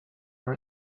our